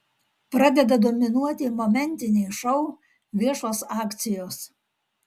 pradeda dominuoti momentiniai šou viešos akcijos